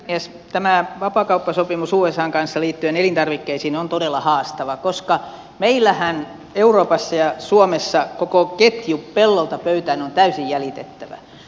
tämä vapaakauppasopimus usan kanssa liittyen elintarvikkeisiin on todella haastava koska meillähän euroopassa ja suomessa koko ketju pellolta pöytään on täysin jäljitettävä